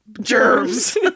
germs